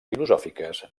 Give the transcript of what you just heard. filosòfiques